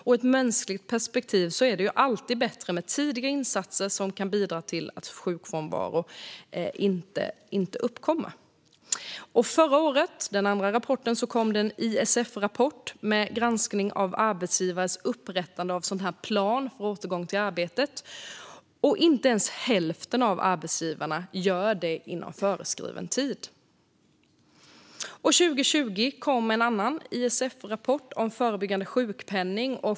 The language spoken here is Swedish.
Och ur ett mänskligt perspektiv är det alltid bättre med tidiga insatser som kan bidra till att sjukfrånvaro inte uppkommer. Förra året kom den andra rapporten, en IFS-rapport med granskning av arbetsgivares upprättande av en sådan här plan för återgång till arbetet. Den visade att inte ens hälften av arbetsgivarna gör det inom föreskriven tid. År 2020 kom en annan ISF-rapport om förebyggande sjukpenning.